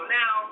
now